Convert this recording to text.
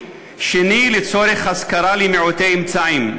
2. לצורך השכרה למעוטי אמצעים.